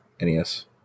NES